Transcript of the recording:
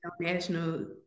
national